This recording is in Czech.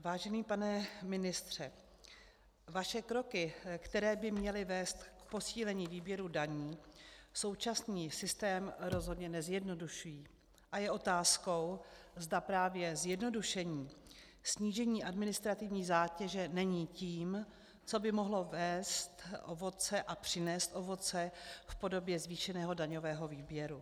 Vážený pane ministře, vaše kroky, které by měly vést k posílení výběru daní, současný systém rozhodně nezjednodušují a je otázkou, zda právě zjednodušení, snížení administrativní zátěže není tím, co by mohlo přinést ovoce v podobě zvýšeného daňového výběru.